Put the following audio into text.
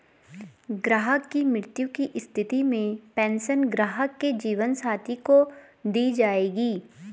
ग्राहक की मृत्यु की स्थिति में पेंशन ग्राहक के जीवन साथी को दी जायेगी